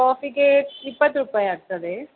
ಕಾಫಿಗೇ ಇಪ್ಪತ್ತು ರುಪಾಯಿ ಆಗ್ತದೆ